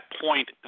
point